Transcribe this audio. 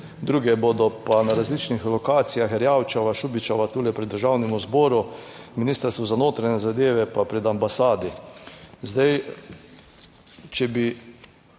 druge bodo pa na različnih lokacijah, Erjavčeva, Šubičeva, tule pri Državnem zboru, Ministrstvo za notranje zadeve pa pred ambasadi. Zdaj, če bi